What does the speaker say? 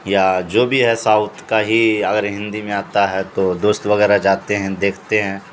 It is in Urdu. یا جو بھی ہے ساؤتھ کا ہی اگر ہندی میں آتا ہے تو دوست وغیرہ جاتے ہیں دیکھتے ہیں